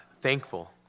thankful